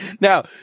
Now